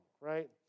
right